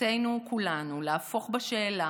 מחובתנו כולנו להפוך בשאלה